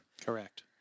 Correct